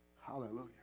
Hallelujah